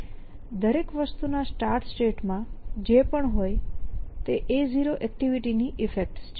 દરેક વસ્તુ ના સ્ટાર્ટ સ્ટેટ માં જે પણ હોય તે A0 એક્ટિવિટી ની ઈફેક્ટ્સ છે